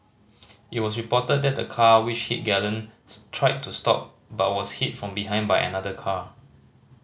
it was reported that the car which hit Galen tried to stop but was hit from behind by another car